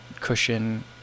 cushion